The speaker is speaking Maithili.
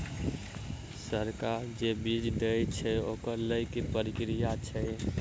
सरकार जे बीज देय छै ओ लय केँ की प्रक्रिया छै?